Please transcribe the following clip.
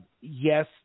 yes